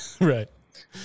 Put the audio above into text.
Right